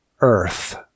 earth